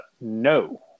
no